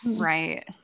right